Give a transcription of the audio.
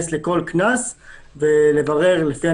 אנחנו תיקנו את זה בזמן שהיה סגר.